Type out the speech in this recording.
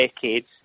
decades